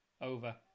Over